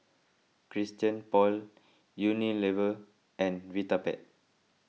Christian Paul Unilever and Vitapet